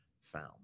found